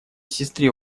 сестре